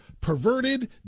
perverted